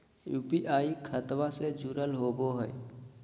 UPI खतबा से जुरल होवे हय?